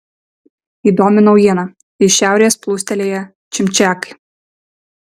įdomi naujiena iš šiaurės plūstelėję čimčiakai